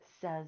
says